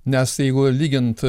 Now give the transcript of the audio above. nes jeigu lygint